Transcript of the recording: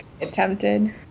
attempted